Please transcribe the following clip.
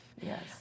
Yes